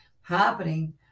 happening